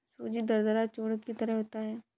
सूजी दरदरा चूर्ण की तरह होता है